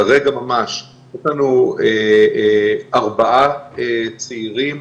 כרגע ממש, ארבעה צעירים